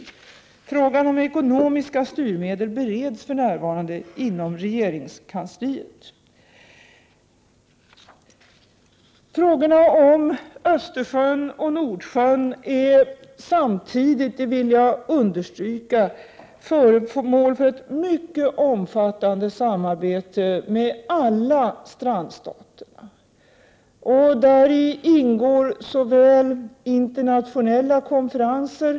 Frågan om ekonomiska styrmedel bereds för närvarande inom regeringskansliet. Jag vill understryka att frågan om Östersjön och Nordsjön samtidigt är föremål för ett mycket omfattande samarbete mellan alla strandstater. I detta samarbete ingår bl.a. internationella konferenser.